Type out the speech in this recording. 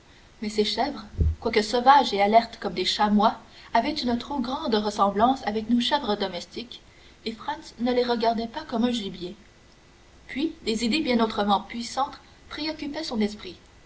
mais ces chèvres quoique sauvages et alertes comme des chamois avaient une trop grande ressemblance avec nos chèvres domestiques et franz ne les regardait pas comme un gibier puis des idées bien autrement puissantes préoccupaient son esprit